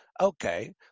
Okay